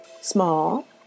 small